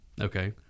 Okay